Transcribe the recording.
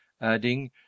adding